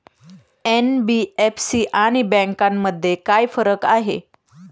NBFC आणि बँकांमध्ये काय फरक आहे?